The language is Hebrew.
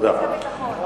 חוץ וביטחון.